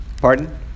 Pardon